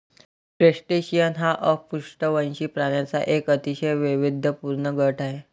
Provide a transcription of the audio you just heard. crustacean हा अपृष्ठवंशी प्राण्यांचा एक अतिशय वैविध्यपूर्ण गट आहे